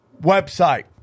website